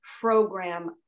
program